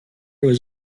was